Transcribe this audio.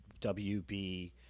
WB